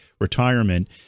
retirement